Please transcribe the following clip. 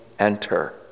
Enter